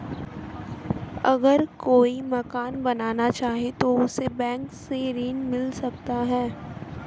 अगर कोई मकान बनाना चाहे तो उसे बैंक से ऋण मिल सकता है?